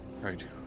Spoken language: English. right